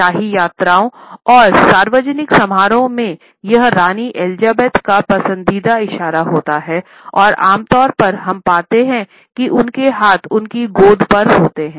शाही यात्राओं और सार्वजनिक समारोहों में यह रानी एलिज़ाबेथ का पसंदीदा इशारा होता है और आमतौर पर हम पाते हैं कि उनके हाथ उनकी गोद पर होते हैं